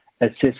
assist